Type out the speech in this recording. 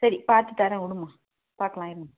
சரி பார்த்து தரேன் விடும்மா பார்க்கலாம் இரும்மா